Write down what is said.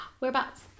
Whereabouts